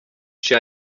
she